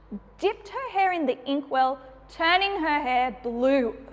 dipped her hair in the inkwell, turning her hair blue.